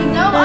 no